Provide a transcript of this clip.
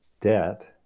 debt